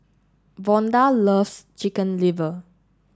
Vonda loves Chicken Liver